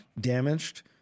damaged